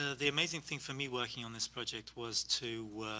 the amazing thing for me working on this project was to